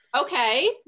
okay